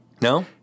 No